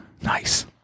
Nice